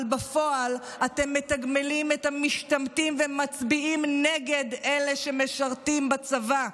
אבל בפועל אתם מתגמלים את המשתמטים ומצביעים נגד אלה שמשרתים בצבא.